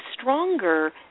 stronger